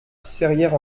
serrières